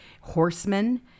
horsemen